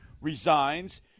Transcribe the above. resigns